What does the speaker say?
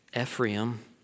Ephraim